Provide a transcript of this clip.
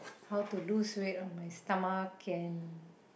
how to lose weight on my stomach and